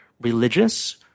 religious